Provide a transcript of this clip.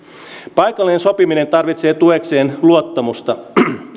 paikallinen sopiminen tarvitsee tuekseen luottamusta